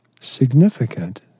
significant